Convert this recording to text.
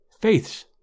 faiths